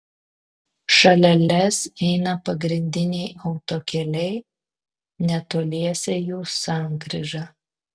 šalia lez eina pagrindiniai autokeliai netoliese jų sankryža